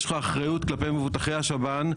יש לך אחריות כלפי מבוטחי השב"ן.